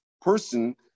person